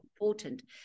important